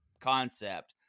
concept